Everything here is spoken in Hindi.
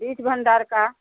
बीज भंडार का